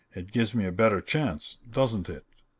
it gives me a better chance doesn't it?